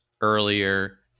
earlier